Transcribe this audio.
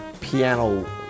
piano